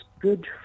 good